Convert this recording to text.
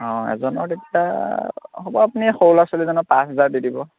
অঁ এজনৰ তেতিয়া হ'ব আপুনি সৰু ল'ৰা ছোৱালীজনৰ পাঁচ হাজাৰ দি দিব